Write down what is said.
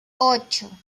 ocho